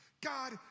God